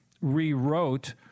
rewrote